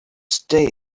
stay